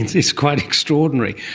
is quite extraordinary.